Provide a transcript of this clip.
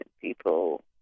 people